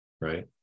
right